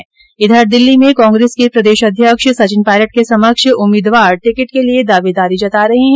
उधर दूसरी ओर दिल्ली में कांग्रेस के प्रदेश अध्यक्ष सचिन पायलट के समक्ष उम्मीदवार टिकिट के लिये दावेदारी जता रहे है